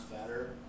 better